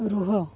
ରୁହ